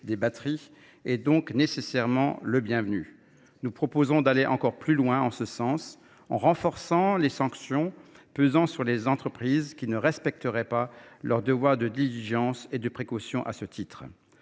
des batteries est donc bienvenu. Nous proposerons d’aller encore plus loin en ce sens, en renforçant les sanctions pesant sur les entreprises qui ne respecteraient pas leurs devoirs de diligence et de précaution. Ensuite,